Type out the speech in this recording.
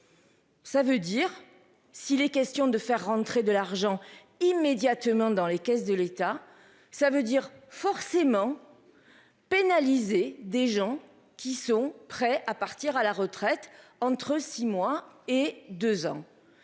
Ça veut dire s'il est question de faire rentrer de l'argent immédiatement dans les caisses de l'État. Ça veut dire forcément. Pénaliser des gens qui sont prêts à partir à la retraite entre 6 mois et 2 ans.